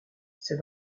c’est